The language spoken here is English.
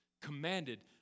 commanded